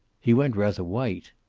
he went rather white.